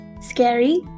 scary